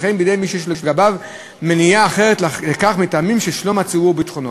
וכן בידי מי שיש לגביו מניעה אחרת לכך מטעמים של שלום הציבור וביטחונו.